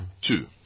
Two